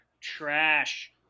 trash